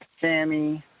Sammy